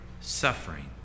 suffering